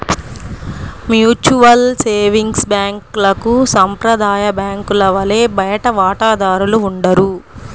mutual savings బ్యాంక్లకు సాంప్రదాయ బ్యాంకుల వలె బయటి వాటాదారులు ఉండరు